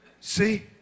See